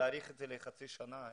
להאריך את זה לחצי שנה.